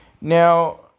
Now